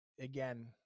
again